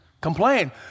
Complain